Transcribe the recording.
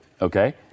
okay